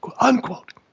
Unquote